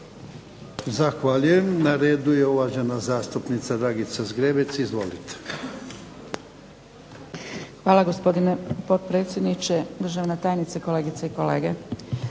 Zahvaljujem. Odgovor na repliku, uvažena zastupnica Dragica Zgrebec. Izvolite.